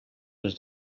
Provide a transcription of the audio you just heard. les